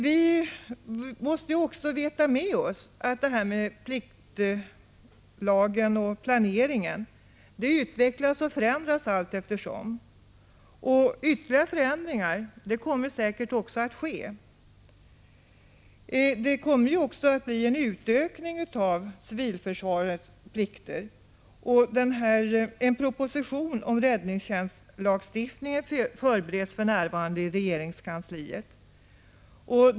Vi måste också veta med oss att pliktlagarna och planeringen utvecklas och förändras allteftersom och att det säkert kommer att bli ytterligare förändringar. Det kommer ju också att bli en utökning av civilförsvarets plikter. En proposition om räddningstjänstlagstiftningen förbereds för närvarande i regeringskansliet.